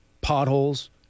potholes